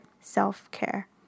self-care